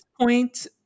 point